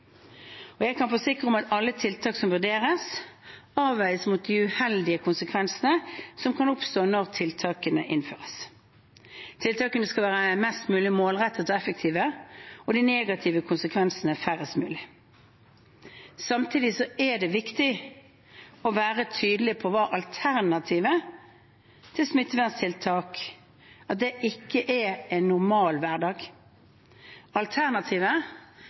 Jeg kan forsikre om at alle tiltak som vurderes, avveies mot de uheldige konsekvensene som kan oppstå når tiltakene innføres. Tiltakene skal være mest mulig målrettede og effektive og de negative konsekvensene færrest mulig. Samtidig er det viktig å være tydelig på at alternativet til smitteverntiltak ikke er en normal hverdag. Alternativet